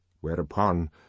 Whereupon